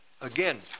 Again